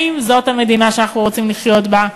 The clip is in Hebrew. האם זאת המדינה שאנחנו רוצים לחיות בה?